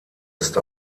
ist